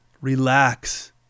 relax